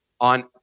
on